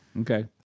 Okay